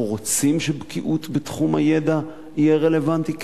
אנחנו רוצים שבקיאות בתחום הידע תהיה רלוונטית?